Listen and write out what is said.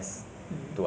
so how about you